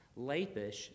Lapish